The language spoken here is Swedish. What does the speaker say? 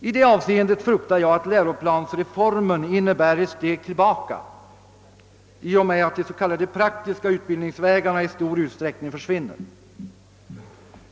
I detta avseende fruktar jag att läroplansreformen innebär ett steg tillbaka, när de s.k. praktiska utbildningsvägarna i stor utsträckning försvinner.